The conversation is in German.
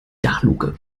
dachluke